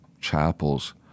chapels